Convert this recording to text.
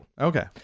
Okay